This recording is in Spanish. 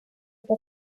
que